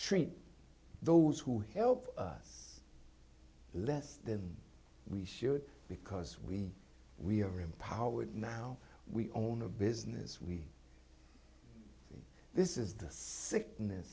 treat those who help us less than we should because we we are empowered now we own a business we this is the sickness